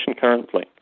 currently